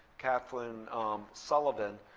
kathryn sullivan,